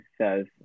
says